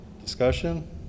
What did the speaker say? Discussion